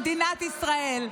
למדינת ישראל.